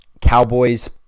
Cowboys